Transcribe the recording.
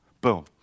Boom